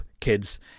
kids